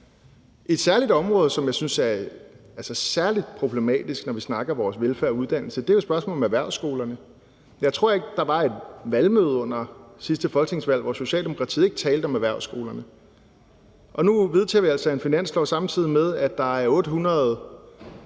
Et område, som jeg synes er særlig problematisk, når vi snakker om vores velfærd og uddannelser, er jo spørgsmålet om erhvervsskolerne. Jeg tror ikke, der var et valgmøde under sidste folketingsvalg, hvor Socialdemokratiet ikke talte om erhvervsskolerne. Og nu vedtager vi altså en finanslov, samtidig med at der er 800